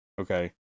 Okay